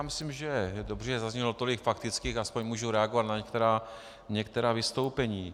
Myslím, že je dobře, že zaznělo tolik faktických, aspoň můžu reagovat na některá vystoupení.